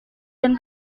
dan